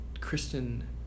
Kristen